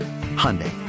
Hyundai